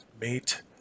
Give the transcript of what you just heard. mate